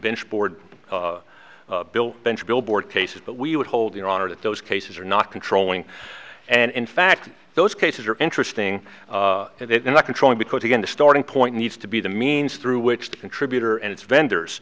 bench board bill bench billboard cases but we would hold your honor that those cases are not controlling and in fact those cases are interesting and not controlling because again the starting point needs to be the means through which the contributor and its vendors